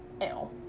ew